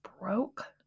broke